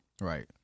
Right